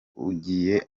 ugiye